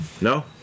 No